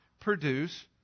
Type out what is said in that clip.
produce